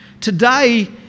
today